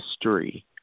history